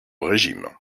régime